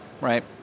Right